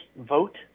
vote